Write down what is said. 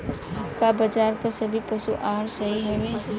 का बाजार क सभी पशु आहार सही हवें?